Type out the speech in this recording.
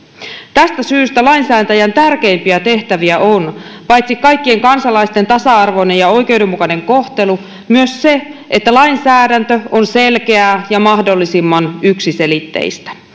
tästä syystä lainsäätäjän tärkeimpiä tehtäviä on paitsi kaikkien kansalaisten tasa arvoinen ja oikeudenmukainen kohtelu myös se että lainsäädäntö on selkeää ja mahdollisimman yksiselitteistä